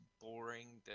boring